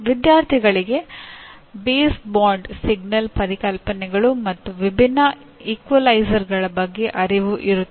ವಿದ್ಯಾರ್ಥಿಗಳಿಗೆ base band signal ಬಗ್ಗೆ ಅರಿವು ಇರುತ್ತದೆ